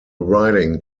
riding